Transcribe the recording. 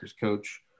coach